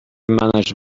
managed